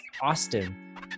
austin